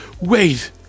Wait